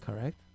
Correct